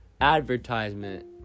advertisement